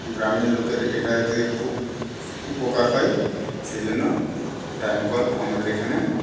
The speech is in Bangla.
গ্রামের লোকের এটাতে খুব উপকার হয় সেজন্য টাইম কল আমাদের এখানে